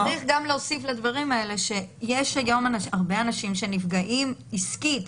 אבל צריך גם להוסיף לדברים האלה שיש היום הרבה אנשים שנפגעים עסקית,